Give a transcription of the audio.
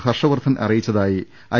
ഹർഷവർധൻ അറിയിച്ചതായി ഐ